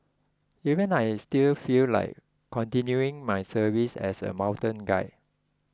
even I still feel like continuing my services as a mountain guide